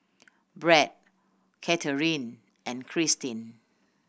Brad Katharyn and Cristin